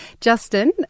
Justin